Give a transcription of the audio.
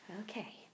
Okay